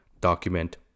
document